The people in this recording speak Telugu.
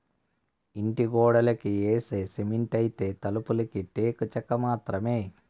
ఇంటి గోడలకి యేసే సిమెంటైతే, తలుపులకి టేకు చెక్క మాత్రమే